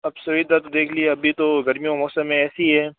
अब सुविधा तो देख लिए अभी तो गर्मियों का मौसम है ऐसे ही है